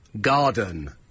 garden